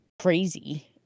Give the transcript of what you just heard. crazy